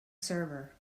server